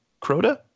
Crota